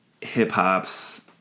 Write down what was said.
hip-hop's